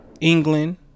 England